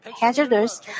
hazardous